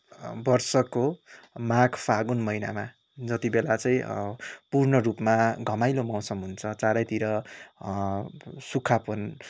बर्षको माघ फागुन महिनामा जतिबेला चाहिँ पूर्णरूपमा घमाइलो मौसम हुन्छ चारैतिर सुक्खापन